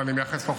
ואני מייחס לו,